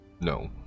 No